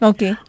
Okay